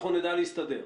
אנחנו נדע להסתדר.